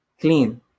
clean